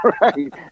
Right